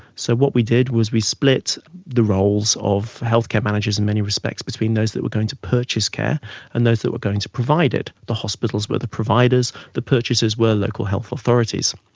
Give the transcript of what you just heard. so what we did was we split the roles of healthcare managers in many respects between those who were going to purchase care and those that were going to provide it. the hospitals were the providers, the purchasers were local health authorities.